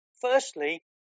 Firstly